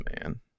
man